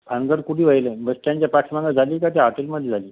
भानगड कुठं व्हायली बसस्टँडच्या पाठीमागं झाली की त्या हॉटेलमध्ये झाली